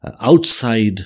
outside